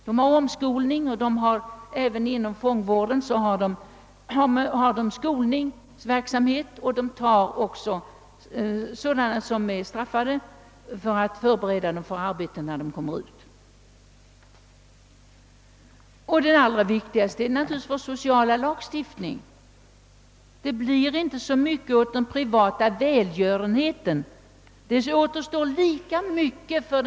Den bedriver omskolningsverksamhet även inom fångvården och förbereder sålunda straffade för arbete vid frigivningen. Det allra viktigaste för återanpassningen är naturligtvis vår sociala lagstiftning.